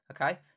Okay